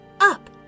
up